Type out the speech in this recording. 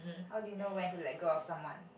how do you know when to let go of someone